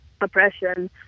oppression